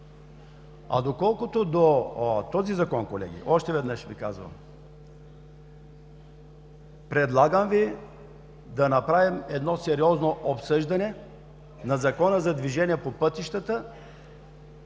А доколкото до този Закон, колеги, още веднъж Ви казвам: предлагам Ви да направим едно сериозно обсъждане на Закона за движение по пътищата